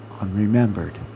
unremembered